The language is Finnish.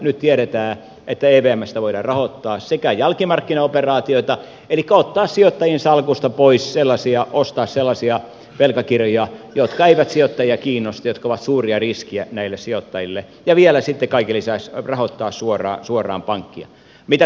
nyt tiedetään että evmstä voidaan sekä rahoittaa jälkimarkkinaoperaatioita elikkä ottaa sijoittajien salkusta pois ostaa sellaisia velkakirjoja jotka eivät sijoittajia kiinnosta jotka ovat suuria riskejä näille sijoittajille että vielä sitten kaiken lisäksi rahoittaa suoraan pankkia